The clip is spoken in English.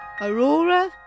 Aurora